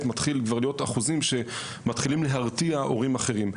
מתחיל להיות אחוזים שמתחילים להרתיע הורים אחרים.